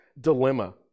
dilemma